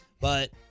but-